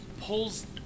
pulls